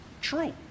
True